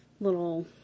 little